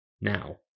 Now